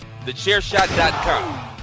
TheChairShot.com